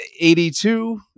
82